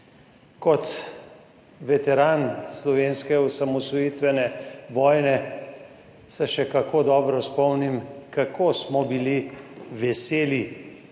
Kot veteran slovenske osamosvojitvene vojne, se še kako dobro spomnim, kako smo bili veseli